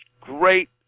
great